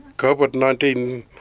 covid, nineteen.